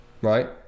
right